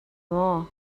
maw